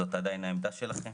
זאת עדיין העמדה שלכם?